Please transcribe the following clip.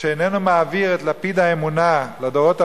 שאינו מעביר את לפיד האמונה לדורות הבאים,